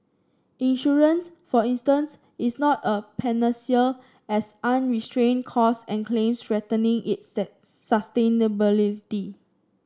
insurance for instance is not a panacea as unrestrained cost and claims threatening its sustainability